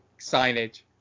signage